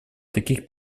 таких